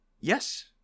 Yes